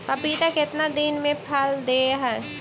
पपीता कितना दिन मे फल दे हय?